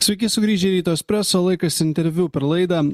sveiki sugrįžę į ryto espreso laikas interviu per laidą